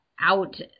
out